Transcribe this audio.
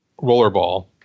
Rollerball